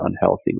unhealthy